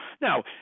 Now